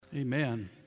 Amen